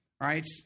right